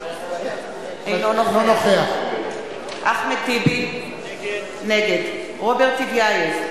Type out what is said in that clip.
אינו נוכח אחמד טיבי, נגד רוברט טיבייב,